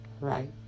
right